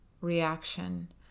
reaction